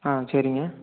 ஆ சரிங்க